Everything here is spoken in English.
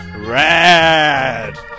Red